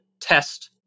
test